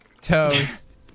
Toast